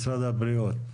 משרד הבריאות.